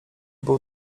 był